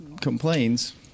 complains